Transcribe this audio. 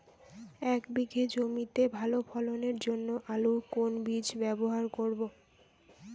এক বিঘে জমিতে ভালো ফলনের জন্য আলুর কোন বীজ ব্যবহার করব?